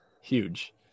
huge